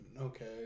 Okay